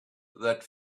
that